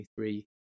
2023